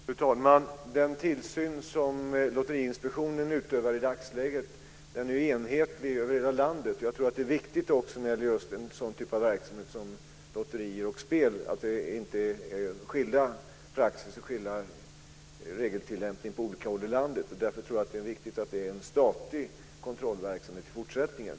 Fru talman! Den tillsyn som Lotteriinspektionen utövar i dagsläget är enhetlig över hela landet. Jag tror att det är viktigt när det gäller en sådan typ av verksamhet som lotterier och spel att praxis och regeltillämpning inte skiljer sig åt på olika håll i landet. Därför tror jag att det är viktigt att det är en statlig kontrollverksamhet i fortsättningen.